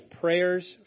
prayers